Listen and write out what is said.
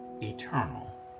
eternal